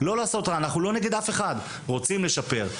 אנחנו לא נגד אף אחד, אנחנו רוצים לשפר.